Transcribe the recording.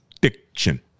Diction